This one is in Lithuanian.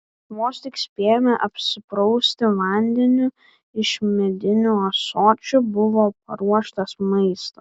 vos tik spėjome apsiprausti vandeniu iš medinių ąsočių buvo paruoštas maistas